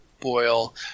boil